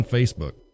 Facebook